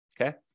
okay